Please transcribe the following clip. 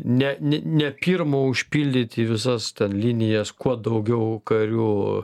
ne ne ne pirma užpildyt į visas ten linijas kuo daugiau karių